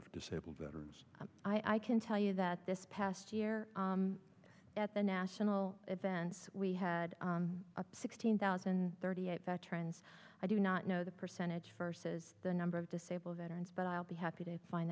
of disabled veterans i can tell you that this past year at the national events we had sixteen thousand thirty eight veterans i do not know the percentage versus the number of disabled veterans but i'll be happy to find